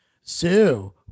Sue